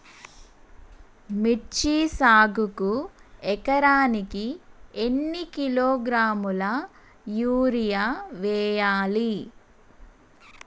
మిర్చి సాగుకు ఎకరానికి ఎన్ని కిలోగ్రాముల యూరియా వేయాలి?